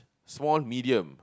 small medium